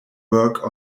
work